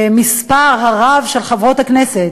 המספר הרב של חברות הכנסת,